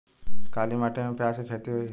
काली माटी में प्याज के खेती होई?